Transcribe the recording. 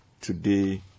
today